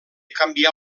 canvià